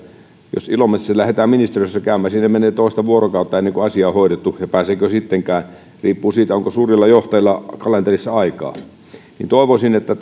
jos ilomantsista lähdetään ministeriössä käymään siinä menee toista vuorokautta ennen kuin asia on hoidettu ja pääseekö sittenkään riippuu siitä onko suurilla johtajilla kalenterissa aikaa toivoisin että